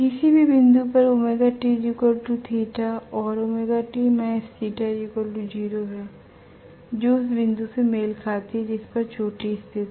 किसी भी बिंदु पर or है जो उस बिंदु से मेल खाती है जिस पर चोटी स्थित है